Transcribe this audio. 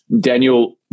Daniel